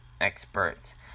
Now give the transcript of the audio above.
experts